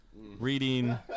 reading